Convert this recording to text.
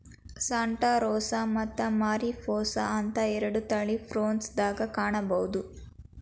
Santa Rosa ಮತ್ತ Mariposa ಅಂತ ಎರಡು ತಳಿ ಪ್ರುನ್ಸ್ ದಾಗ ಕಾಣಬಹುದ